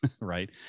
right